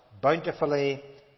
bountifully